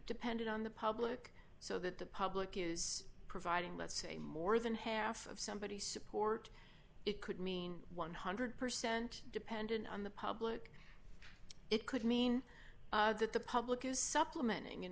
depended on the public so that the public is providing let's say more than half of somebody's support it could mean one hundred percent dependent on the public it could mean that the public is supplementing and